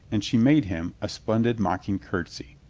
and she made him a splendid mocking curtsy.